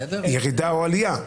ירידה או עלייה.